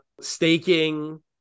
staking